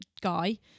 Guy